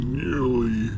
nearly